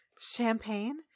Champagne